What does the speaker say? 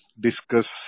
Discuss